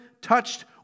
touched